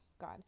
god